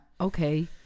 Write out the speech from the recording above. Okay